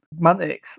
Mantic's